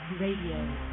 Radio